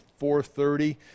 430